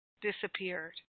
disappeared